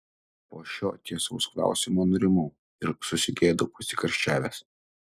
po šio tiesaus klausimo nurimau ir susigėdau pasikarščiavęs